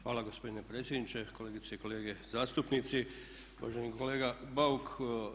Hvala gospodine predsjedniče, kolegice i kolege zastupnici, uvaženi kolega Bauk.